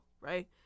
right